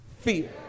Fear